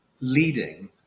leading